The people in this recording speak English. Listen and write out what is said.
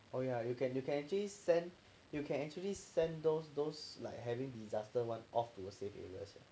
oh ya you can you can actually send you can actually send those those like having disaster [one] up to safe areas